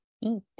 eat